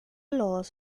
laws